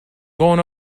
going